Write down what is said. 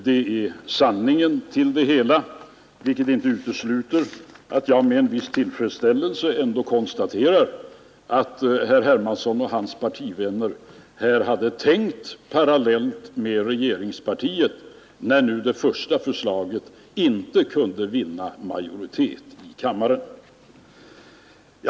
Det är sanningen, vilket inte utesluter att jag med en viss tillfredsställelse ändå konstaterar att herr Hermansson och hans partivänner här hade tänkt parallellt med regeringspartiet, när det första förslaget inte kunde vinna majoritet i kammaren.